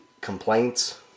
complaints